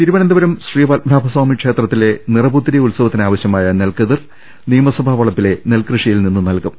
തിരുവനന്തപുരം ശ്രീപത്മനാഭസ്ഥാമി ക്ഷേത്രത്തിലെ നിറപുത്തരി ഉത്സവത്തിനാവശ്യമായ നെൽക്കതിർ നിയമസഭാ വളപ്പിലെ നെൽകൃ ഷിയിൽ നിന്ന് നൽകും